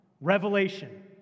Revelation